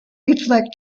reflect